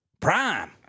Prime